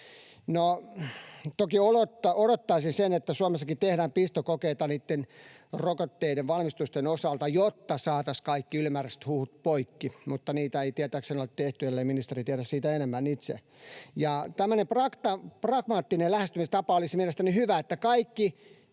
toki odottaisi, että Suomessakin tehdään pistokokeita niiden rokotteiden valmistusten osalta, jotta saataisiin kaikki ylimääräiset huhut poikki, mutta niitä ei tietääkseni ole tehty, ellei ministeri tiedä siitä enemmän itse. Tämmöinen pragmaattinen lähestymistapa olisi mielestäni hyvä, että kaikki